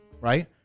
right